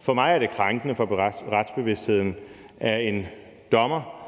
For mig er det krænkende for retsbevidstheden, at en dommer,